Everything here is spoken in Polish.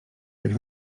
jak